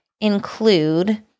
include